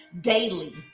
daily